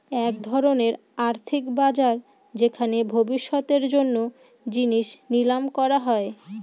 এক ধরনের আর্থিক বাজার যেখানে ভবিষ্যতের জন্য জিনিস নিলাম করা হয়